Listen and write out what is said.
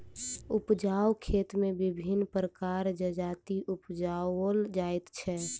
उपजाउ खेत मे विभिन्न प्रकारक जजाति उपजाओल जाइत छै